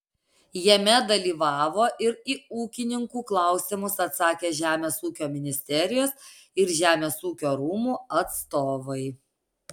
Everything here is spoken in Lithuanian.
jame dalyvavo ir į ūkininkų klausimus atsakė žemės ūkio ministerijos ir žemės ūkio rūmų atstovai